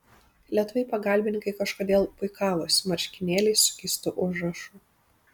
lietuviai pagalbininkai kažkodėl puikavosi marškinėliais su keistu užrašu